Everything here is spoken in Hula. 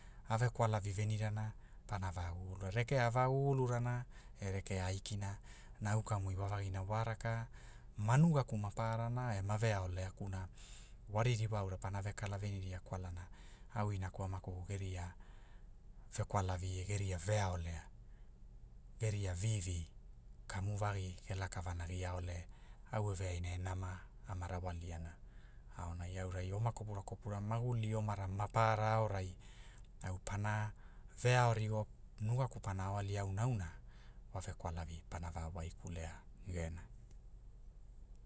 A ve kwalavi renirana, pana ve gugulura rekea a va gugulurana, e rekea aikina, na au kamu iwavagina wa raka, ma nugaku mapararana e ma veaoleakuna, wa ririwa aura pana ve kala veniria kwalana, au inaku amaku geria, rekavalavi e geria veaolea, geria vivi, kamu vagi, ge laka vanagiao lea, au eveaina e nama, ama rawaliana, aonai aurai oma kopura kopura maguli omana maparara aorai, au pana, ve ao rigo, nugaka pana ao ali auna auna wa vekwalari pana va waikulea gena